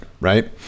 right